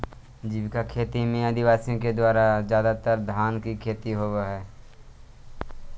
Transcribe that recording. जीविका खेती में आदिवासियों के द्वारा ज्यादातर धान की खेती होव हई